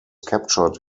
captured